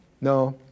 no